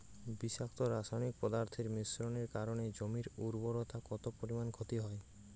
বিষাক্ত রাসায়নিক পদার্থের মিশ্রণের কারণে জমির উর্বরতা কত পরিমাণ ক্ষতি হয়?